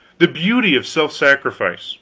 the beauty of self-sacrifice